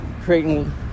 creating